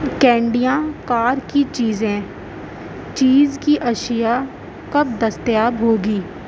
کینڈیاں کار کی چیزیں چیز کی اشیاء کب دستیاب ہوگی